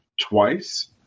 twice